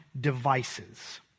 devices